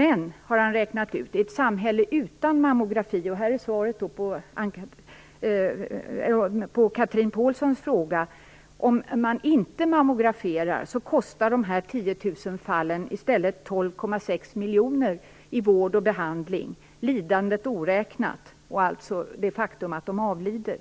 Han har vidare räknat ut att om man inte mammograferade, och här är svaret på Chatrine Pålssons fråga, skulle dessa fall i stället kosta 12,6 miljoner kronor i vård och behandling - lidandet och det faktum att de avlider